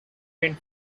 went